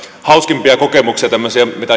hauskimpia kokemuksia tämmöisiä mitä